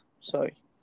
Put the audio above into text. Sorry